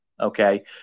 okay